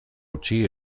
utzi